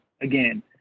Again